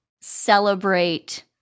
celebrate